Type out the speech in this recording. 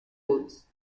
woods